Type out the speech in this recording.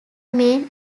main